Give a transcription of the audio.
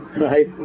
right